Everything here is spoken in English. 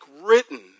written